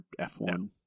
F1